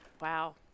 Wow